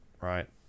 right